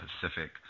Pacific